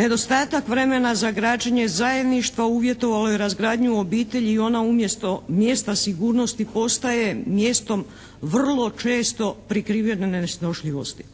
nedostatak vremena za građenje zajedništva uvjetovalo je razgradnju obitelji i ona umjesto mjesta sigurnosti postaje mjestom vrlo često prikrivene nesnošljivosti.